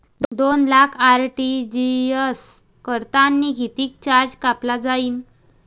दोन लाख आर.टी.जी.एस करतांनी कितीक चार्ज कापला जाईन?